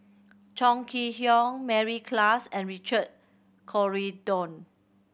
Chong Kee Hiong Mary Klass and Richard Corridon